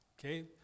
Okay